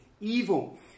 evil